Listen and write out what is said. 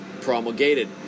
promulgated